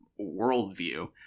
worldview